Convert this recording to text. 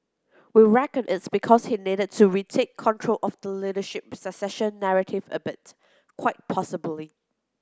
we reckon it's because he needed to retake control of the leadership succession narrative a bit quite possibly